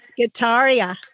Guitaria